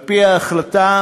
על-פי ההחלטה,